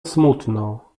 smutno